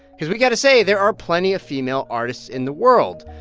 cause we got to say there are plenty of female artists in the world.